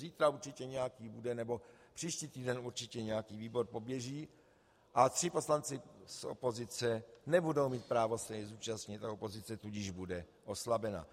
Zítra určitě nějaký bude nebo příští týden určitě nějaký výbor poběží a tři poslanci z opozice nebudou mít právo se jej zúčastnit, a opozice tudíž bude oslabena.